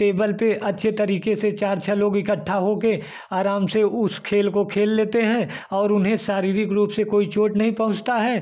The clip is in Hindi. टेबल पर अच्छे तरीके से चार छः लोग इकट्ठा होकर आराम से उस खेल को खेल लेते हैं और उन्हें शारीरिक रूप से कोई चोट नहीं पहुँचता है